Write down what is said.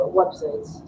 websites